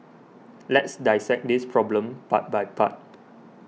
let's dissect this problem part by part